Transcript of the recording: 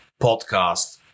podcast